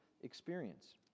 experience